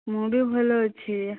ମୁଁ ବି ଭଲ ଅଛି